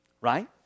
Right